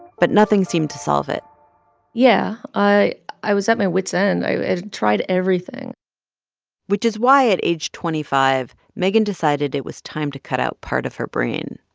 but nothing seemed to solve it yeah, i i was at my wit's end. i tried everything which is why, at age twenty five, megan decided it was time to cut out part of her brain.